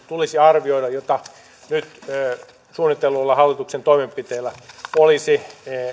tulisi arvioida yhteisvaikutukset joita nyt suunnitelluilla hallituksen toimenpiteillä olisi